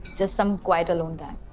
just some quiet, alone time.